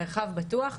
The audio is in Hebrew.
מרחב בטוח,